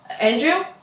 Andrew